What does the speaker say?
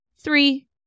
three